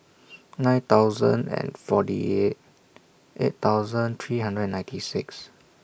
nine thousand and forty eight eight thousand three hundred ninety six